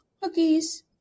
cookies